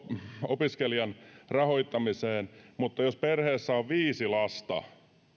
opiskelijan opintojen rahoittamiseen mutta jos perheessä on viisi lasta